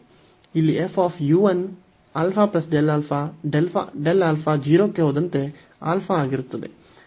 ಇಲ್ಲಿ f u 1 α Δα 0 ಕ್ಕೆ ಹೋದಂತೆ ಆಗಿರುತ್ತದೆ